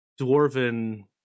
dwarven